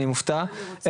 אני מופתע,